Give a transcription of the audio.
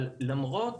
אבל למרות